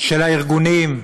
של הארגונים,